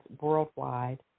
worldwide